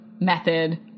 method